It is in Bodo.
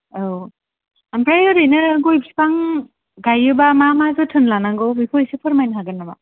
औ ओमफ्राय ओरैनो गय बिफां गायोबा मा मा जोथोन लानांगौ बेखौ इसे फोरमायनो हागोन नामा